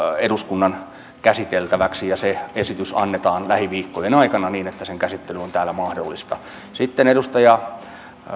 eduskunnan käsiteltäväksi ja se esitys annetaan lähiviikkojen aikana niin että sen käsittely on täällä mahdollista sitten edustaja